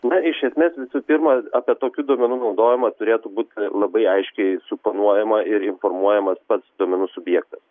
na iš esmės visų pirma apie tokių duomenų naudojimą turėtų būt labai aiškiai suponuojama ir informuojamas pats duomenų subjektas